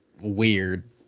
weird